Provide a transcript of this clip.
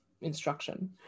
instruction